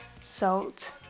salt